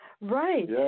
Right